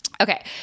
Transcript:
Okay